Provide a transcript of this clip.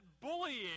bullying